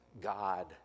God